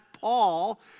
Paul